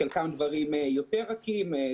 חלקם דברים יותר רכים,